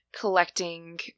Collecting